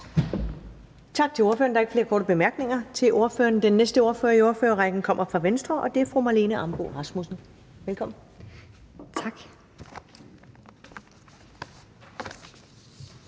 Tak til ordføreren. Der er ikke flere korte bemærkninger til ordføreren. Den næste ordfører i ordførerrækken kommer fra Venstre, og det er fru Marlene Ambo-Rasmussen. Velkommen. Kl.